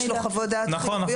ויש לו חוות-דעת חיוביות,